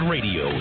Radio